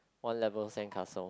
one level sandcastle